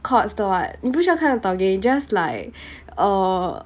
chords 的 [what] 你不需要看那个 tau geh 你 just like err